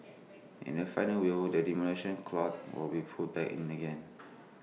in the final will the Demolition Clause will be put back in again